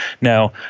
Now